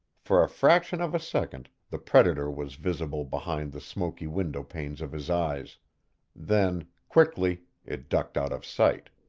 for a fraction of a second the predator was visible behind the smoky windowpanes of his eyes then, quickly, it ducked out of sight.